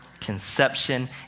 conception